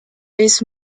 its